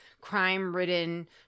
crime-ridden